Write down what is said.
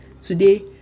today